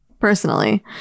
personally